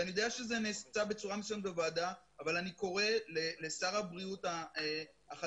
ואני יודע שזה נעשה בצורה מסוימת בוועדה אבל אני קורא לשר הבריאות החדש,